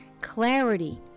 Clarity